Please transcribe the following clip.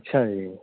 ਅੱਛਾ ਜੀ